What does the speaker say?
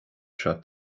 seo